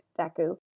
Deku